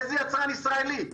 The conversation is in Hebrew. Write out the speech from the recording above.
איזה יצרן ישראלי?